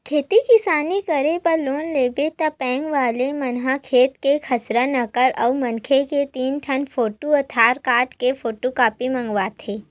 खेती किसानी करे बर लोन लेबे त बेंक वाले मन ह खेत के खसरा, नकल अउ मनखे के तीन ठन फोटू, आधार कारड के फोटूकापी मंगवाथे